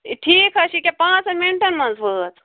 ٹھیٖک حظ چھِ ییٚکیٛاہ پانٛژَن مِنٛٹَن منٛز وٲژ